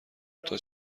دوتا